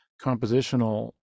compositional